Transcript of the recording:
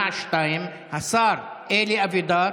השר אלי אבידר